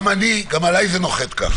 גם עליי זה נוחת ככה.